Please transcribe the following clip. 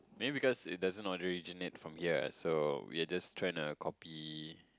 maybe because it doesn't originate from here so we are just trying to copy